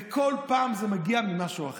וכל פעם זה מגיע ממשהו אחר.